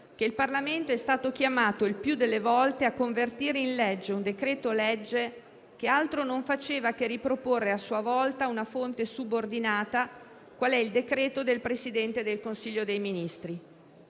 che il Parlamento è stato chiamato, il più delle volte, a convertire in legge un decreto-legge che altro non faceva che riproporre a sua volta una fonte subordinata quale è il decreto del Presidente del Consiglio dei ministri.